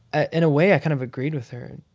ah in a way, i kind of agreed with her and